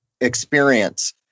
experience